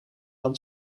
dan